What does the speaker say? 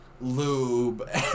lube